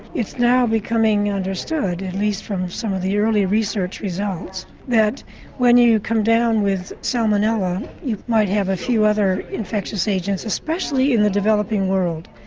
it's now becoming understood, at least from some of the early research results, that when you come down with salmonella you might have a few other infectious agents especially in the developing world.